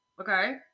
Okay